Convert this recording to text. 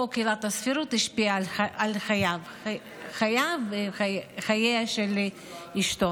חוק עילת הסבירות השפיע על חייו וחייה של אשתו.